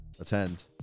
attend